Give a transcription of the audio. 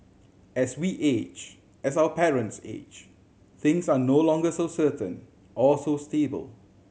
as we age as our parents age things are no longer so certain or so stable